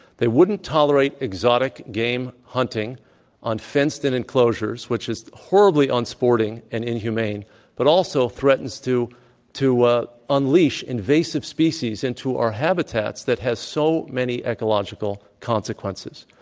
they wouldn't tolerate exotic game hunting on fenced-in enclosures, which is horribly unsporting and inhumane but also threatens to to ah unleash invasive species into into our habitats that has so many ecological consequences.